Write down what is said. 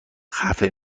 خفه